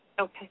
Okay